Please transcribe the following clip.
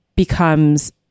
becomes